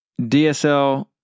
DSL